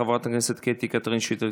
חברת הכנסת קטי קטרין שטרית,